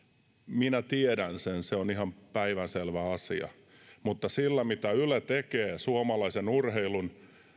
minä tiedän sen se on ihan päivänselvä asia mutta sillä mitä yle tekee suomalaisen urheilun